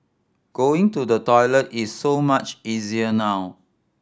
going to the toilet is so much easier now